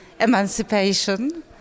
emancipation